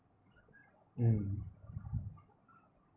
mm